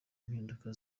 impinduka